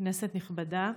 כנסת נכבדה,